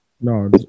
No